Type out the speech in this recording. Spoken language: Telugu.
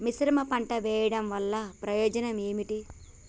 మిశ్రమ పంట వెయ్యడం వల్ల ప్రయోజనం ఏమిటి?